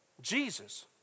Jesus